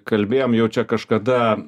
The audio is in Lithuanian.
kalbėjom jau čia kažkada